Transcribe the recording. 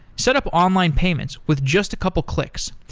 set up online payments with just a couple of clicks.